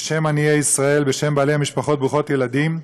בשם עניי ישראל, בשם המשפחות ברוכות הילדים,